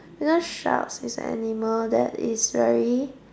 you know sharks is animal that is very